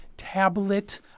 tablet